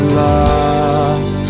lost